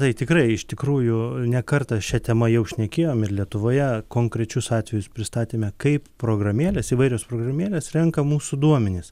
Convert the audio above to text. tai tikrai iš tikrųjų ne kartą šia tema jau šnekėjome ir lietuvoje konkrečius atvejus pristatėme kaip programėles įvairios programėlės renka mūsų duomenis